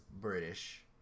British